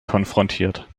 konfrontiert